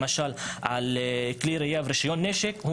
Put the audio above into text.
למשל על כלי ירייה ורישיון נשק,